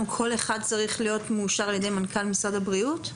כול אחד צריך להיות מאושר על-ידי מנכ"ל משרד הבריאות?